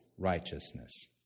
Righteousness